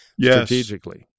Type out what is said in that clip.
strategically